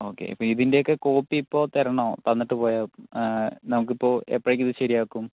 okay ഇതിൻ്റെയൊക്കെ copy ഇപ്പോൾ തരണോ തന്നിട്ട് പോയാൽ നമുക്ക് ഇപ്പോൾ എപ്പോഴേക്ക് ഇത് ശരിയാക്കും